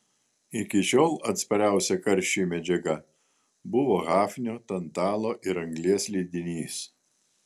iki šiol atspariausia karščiui medžiaga buvo hafnio tantalo ir anglies lydinys